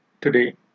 Today